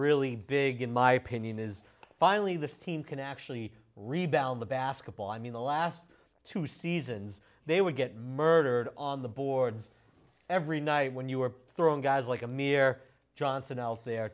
really big in my opinion is finally the team can actually rebound the basketball i mean the last two seasons they would get murdered on the boards every night when you were throwing guys like amir johnson out there